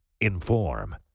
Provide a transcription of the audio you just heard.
inform